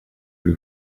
who